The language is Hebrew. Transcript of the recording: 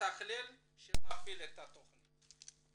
מתכלל שמפעיל את התכנית.